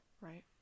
right